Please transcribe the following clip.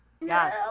Yes